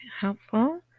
helpful